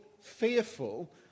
fearful